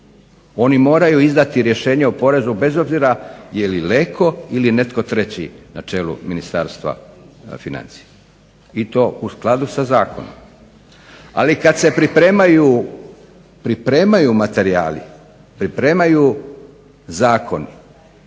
Oni moraju izdati rješenje o porezu bez obzira je li Leko ili je netko treći na čelu Ministarstva financija i to u skladu sa zakonom. Ali kad se pripremaju materijali, pripremaju zakoni,